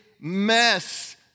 mess